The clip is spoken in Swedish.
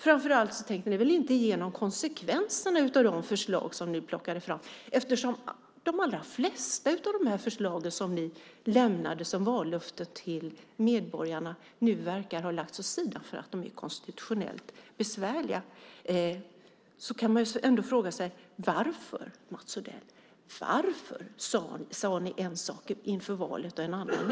Framför allt tänkte ni väl inte genom konsekvenserna av de förslag som ni plockade fram, eftersom de allra flesta av de förslag som ni lämnade som vallöfte till medborgarna nu verkar ha lagts åt sidan för att de är konstitutionellt besvärliga. Man kan ändå fråga sig: Varför, Mats Odell, sade ni en sak inför valet och en annan nu?